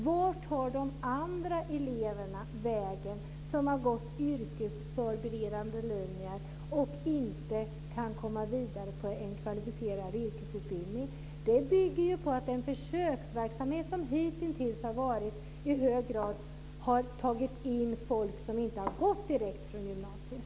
Vart tar de andra eleverna vägen som har gått yrkesförberedande linjer och inte kan komma vidare på en kvalificerad yrkesutbildning? Det bygger ju på att den försöksverksamhet som hittills har bedrivits i hög grad har tagit in människor som inte har gått direkt från gymnasiet.